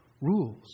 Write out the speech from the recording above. rules